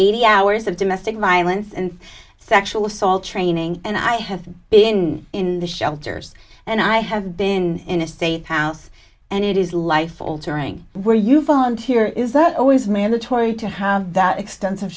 eighty hours of domestic violence and sexual assault training and i have been in the shelters and i have been in a state house and it is life altering where you volunteer is that always mandatory to have that extensive